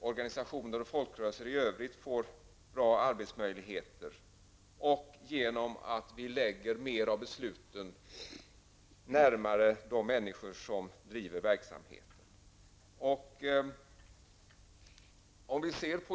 organisationer och folkrörelser i övrigt får bra arbetsmöjligheter och genom att vi lägger fler beslut närmare de människor som driver verksamheten.